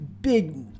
big